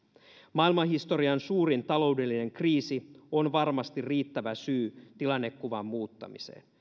maailmanhistorian suurin taloudellinen kriisi on varmasti riittävä syy tilannekuvan muuttamiseen